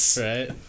Right